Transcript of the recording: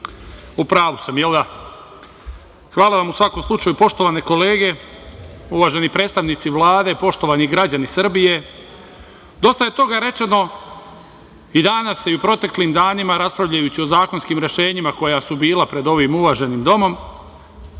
u pravu sam, jel da? Hvala vam u svakom slučaju, poštovane kolege, uvaženi predstavnici Vlade, poštovani građani Srbije, dosta je toga rečeno i danas i u proteklim danima raspravljajući o zakonskim rešenjima koja su bila pred ovim uvaženim domom,